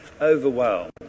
overwhelmed